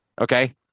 Okay